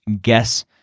guess